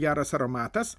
geras aromatas